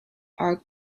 are